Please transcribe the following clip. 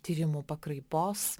tyrimų pakraipos